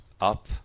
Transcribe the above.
up